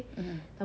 mmhmm